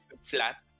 flat